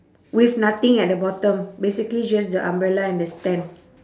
with nothing at the bottom basically just the umbrella and the stand